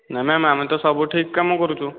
ନାହିଁ ମ୍ୟାମ ଆମେ ତ ସବୁ ଠିକ କାମ କରୁଛୁ